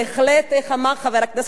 איך אמר חבר הכנסת חנין,